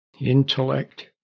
intellect